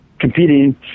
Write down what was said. competing